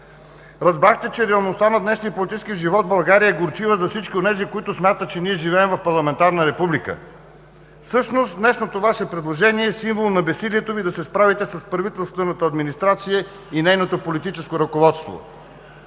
Разбрахте, че реалността на днешния политически живот в България е горчива за всички онези, които смятат, че ние живеем в парламентарна република. Всъщност днешното Ваше предложение е символ на безсилието да се справите с правителствената администрация и нейното политическо ръководство.